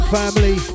family